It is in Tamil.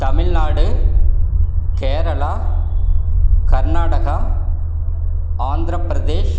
தமிழ்நாடு கேரளா கர்நாடகா ஆந்திரப்பிரதேஷ்